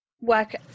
work